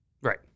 right